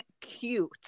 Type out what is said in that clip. cute